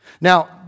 Now